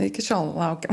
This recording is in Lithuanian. iki šiol laukiam